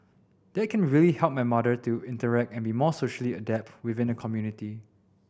that can really help my mother to interact and be more socially adept within the community